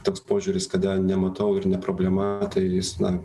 toks požiūris kada nematau ir ne problema tai jis na